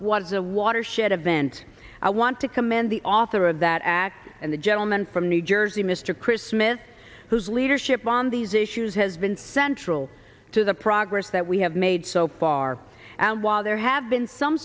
a watershed event i want to commend the author of that act and the gentleman from new jersey mr chris smith whose leadership on these issues has been central to the progress that we have made so far and while there have been some